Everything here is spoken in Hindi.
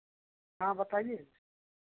हाँ बताइए